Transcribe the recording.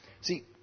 See